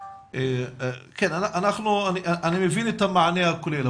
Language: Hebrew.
אני מבין את המענה הכולל,